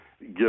give